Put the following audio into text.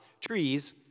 trees